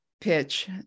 pitch